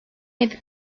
yedi